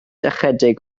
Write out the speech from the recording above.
ychydig